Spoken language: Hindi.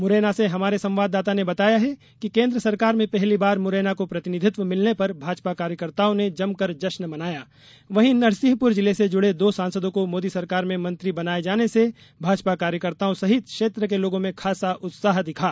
मुरैना से हमारे संवाददाता ने बताया है कि केन्द्र सरकार में पहली बार मुरैना को प्रतिनिधित्व मिलने पर भाजपा कार्यकर्ताओं ने जमकर जश्न मनाया वहीं नरसिंहपुर जिले से जुड़े दो सांसदों को मोदी सरकार में मंत्री बनाए जाने से भाजपा कार्यकर्ताओं सहित क्षेत्र के लोगों में खासा उत्साह दिखा